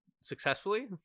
successfully